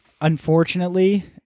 unfortunately